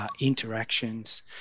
interactions